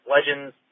Legends